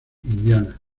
indiana